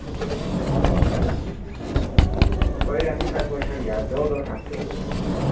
कोई गल्ल नी सब कुछ होई जाग जो तुस आक्खगे